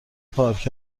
پارک